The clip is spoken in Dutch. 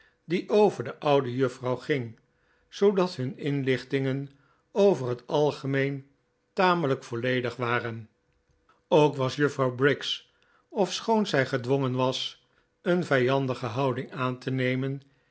die over de oude juffrouw ging zoodat hun inlichtingen over hetalgemeen tamelijk volledig waren ook was juffrouw briggs ofschoon zij gedwongen was een vijandige houding aan te nemen